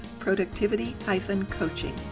productivity-coaching